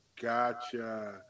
Gotcha